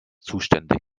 zuständig